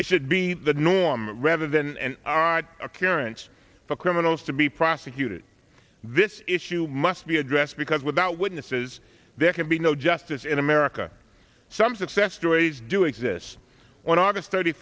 it should be the norm rather than an art occurrence for criminals to be prosecuted this issue must be addressed because without witnesses there can be no justice in america some success stories do exist on august thirty